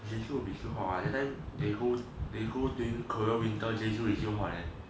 jeju will be still hot leh that time they go they go during korea winter jeju is still hot leh